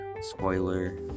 spoiler